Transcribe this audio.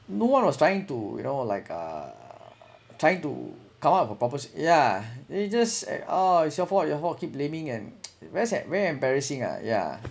no one was trying to you know like uh try to come out with proper so~ yeah they just at oh it's your fault your fault keep blaming and whereas at very embarrassing ah yeah